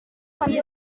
kandi